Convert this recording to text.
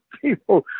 People